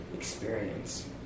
experience